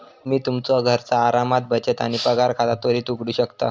तुम्ही तुमच्यो घरचा आरामात बचत आणि पगार खाता त्वरित उघडू शकता